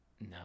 No